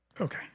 Okay